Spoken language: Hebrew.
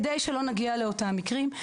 כדי שלא נגיע לאותם המקרים.